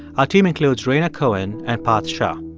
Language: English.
our team includes rhaina cohen and parth shah.